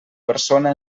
persona